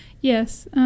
Yes